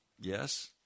yes